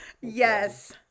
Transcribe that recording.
Yes